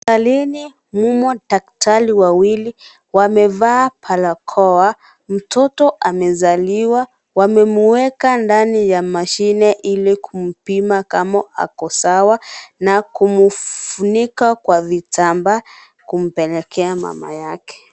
Hospitalini mumo daktari wawili, wamevaa barakoa mtoto amezaliwa, wamemueka ndani ya mashine ili kumpima kama ako sawa na kumfunika kwa vitambaa, kumpelekea mama yake.